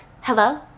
Hello